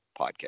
podcast